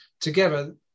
together